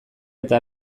eta